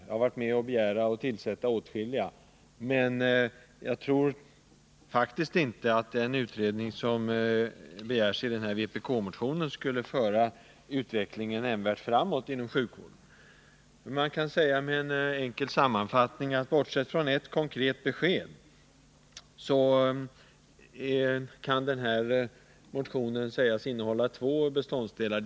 Jag har varit med om att föreslå och tillsätta åtskilliga, men jag tror faktiskt inte att den utredning som begärs i den här vpk-motionen skulle föra utvecklingen inom sjukvården framåt. Sammanfattningsvis kan jag säga att den här motionen, bortsett från ett konkret besked, innehåller två beståndsdelar.